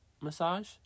massage